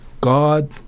God